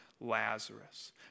Lazarus